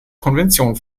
konvention